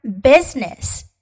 business